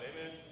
Amen